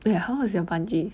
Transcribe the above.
wait how is your bungee